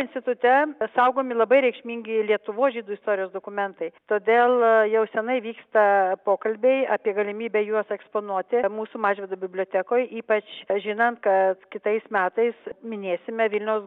institute saugomi labai reikšmingi lietuvos žydų istorijos dokumentai todėl jau seniai vyksta pokalbiai apie galimybę juos eksponuoti mūsų mažvydo bibliotekoj ypač žinant kad kitais metais minėsime vilniaus